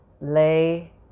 lay